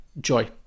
Joy